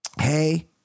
Hey